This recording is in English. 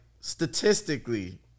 statistically